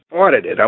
audited